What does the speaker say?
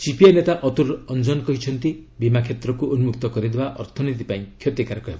CPI ନେତା ଅତୁଲ ଅଞ୍ଚନ କହିଛନ୍ତି ବୀମା କ୍ଷେତ୍ରକୁ ଉନ୍ନକ୍ତ କରିଦେବା ଅର୍ଥନୀତି ପାଇଁ କ୍ଷତିକାରକ ହେବ